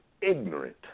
Ignorant